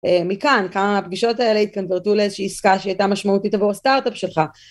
מכאן, כמה מהפגישות האלה התקנברטו לאיזושהי עסקה שהייתה משמעותית עבור הסטארט-אפ שלך.